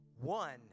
one